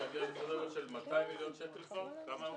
להגיע לסדר גודל של 200 מיליון שקלים כבר?